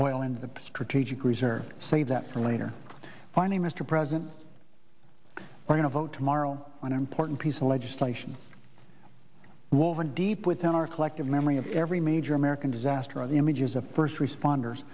well into the strategic reserve save that for later finally mr president we're going to vote tomorrow on important piece of legislation woven deep within our collective memory of every major american disaster of the images of first responders